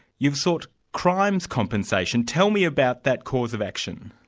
you've sought crimes compensation. tell me about that course of action.